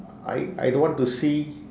I I don't want to see